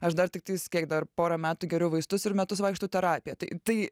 aš dar tiktais kiek dar porą metų geriau vaistus ir metus vaikštau į terapiją tai tai